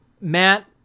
Matt